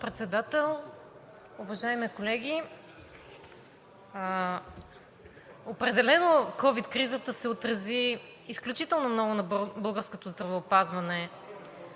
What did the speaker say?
Председател, уважаеми колеги! Определено ковид кризата се отрази изключително много на българското здравеопазване.